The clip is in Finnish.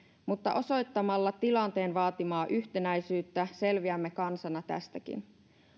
mutta osoittamalla tilanteen vaatimaa yhtenäisyyttä selviämme kansana tästäkin